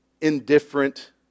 indifferent